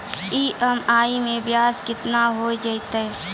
EMI मैं ब्याज केतना हो जयतै?